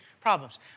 problems